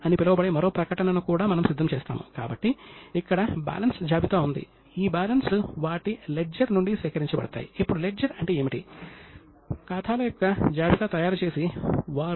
నియమాలు మరియు నిబంధనలను పాటించడాన్ని నిర్ధారించడానికి అతను బహుమతి మరియు శిక్ష తో కూడిన వ్యవస్థను రూపొందించాడు